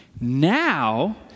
Now